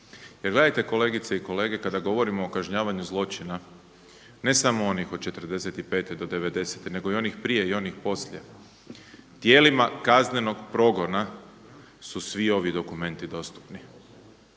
Jer gledajte kolegice i kolege kada govorimo o kažnjavanju zločina ne samo onih od '45. do devedesete nego i onih prije i onih poslije. Tijelima kaznenog progona su svi ovi dokumenti dostupni.